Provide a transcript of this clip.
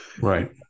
Right